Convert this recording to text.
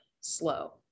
slow